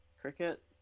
Cricket